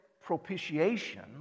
propitiation